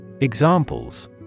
Examples